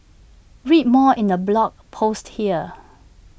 read more in the blog post here